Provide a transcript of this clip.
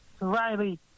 Riley